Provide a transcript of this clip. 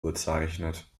bezeichnet